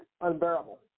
unbearable